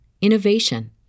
innovation